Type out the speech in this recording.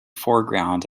foreground